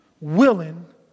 willing